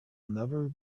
never